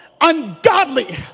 ungodly